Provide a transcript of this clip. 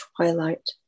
twilight